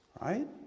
Right